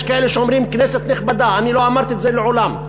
יש כאלה שאומרים "כנסת נכבדה"; אני לא אמרתי את זה מעולם.